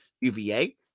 UVA